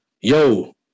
Yo